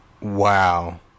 Wow